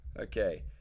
Okay